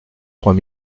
trois